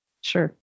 Sure